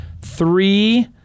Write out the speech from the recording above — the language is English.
three